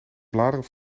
bladeren